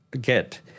get